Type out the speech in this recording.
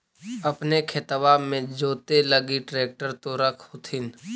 अपने खेतबा मे जोते लगी ट्रेक्टर तो रख होथिन?